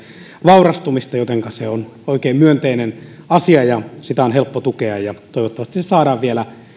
vaurastumista jotenka se on oikein myönteinen asia ja sitä on helppo tukea toivottavasti se saadaan vielä